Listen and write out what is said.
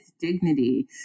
dignity